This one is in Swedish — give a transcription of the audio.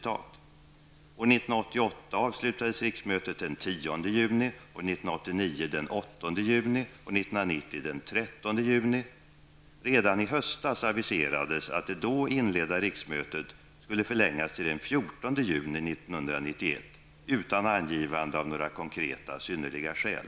den 8 juni, år 1990 den 13 juni. Redan i höstas aviserades att det då inledda riksmötet skulle förlängas till den 14 juni 1991; utan angivande av några konkreta synnerliga skäl.